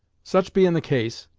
such bein' the case,